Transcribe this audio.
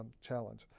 challenge